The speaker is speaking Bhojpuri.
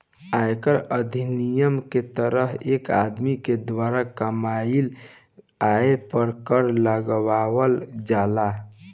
आयकर अधिनियम के तहत एक आदमी के द्वारा कामयिल आय पर कर लगावल जाला